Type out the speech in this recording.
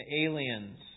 aliens